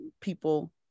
people